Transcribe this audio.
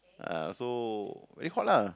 uh so very hot lah